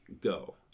Go